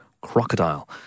Crocodile